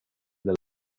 del